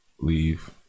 leave